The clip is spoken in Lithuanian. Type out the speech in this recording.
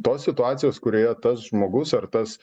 tos situacijos kurioje tas žmogus ar tas